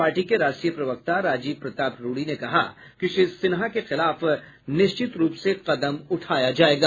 party के राष्ट्रीय प्रवक्ता राजीव प्रताप रूडी ने कहा कि श्री सिन्हा के खिलाफ निश्चित रूप से कदम उठाया जायेगा